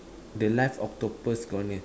the live octopus